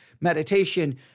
Meditation